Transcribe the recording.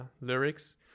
lyrics